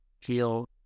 feel